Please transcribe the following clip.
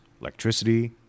electricity